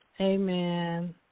Amen